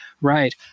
right